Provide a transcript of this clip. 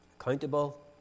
accountable